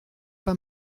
pas